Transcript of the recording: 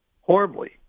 horribly